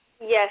Yes